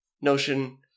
Notion